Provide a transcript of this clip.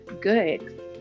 good